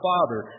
Father